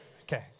Okay